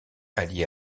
allié